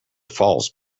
falls